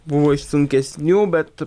buvo iš sunkesnių bet